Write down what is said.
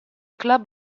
club